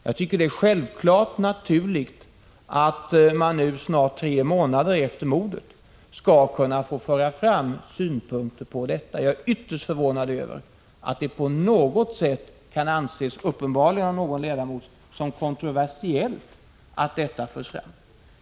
Jag tycker att det är naturligt att man nu, tre månader efter mordet, skall kunna få föra fram synpunkter på detta. Jag är ytterst förvånad över att någon kan anse det vara kontroversiellt att synpunkter förs fram.